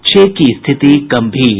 छह की स्थिति गंभीर